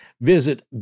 Visit